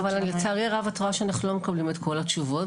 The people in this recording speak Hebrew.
אבל לצערי הרב את רואה שאנחנו לא מקבלים את כל התשובות,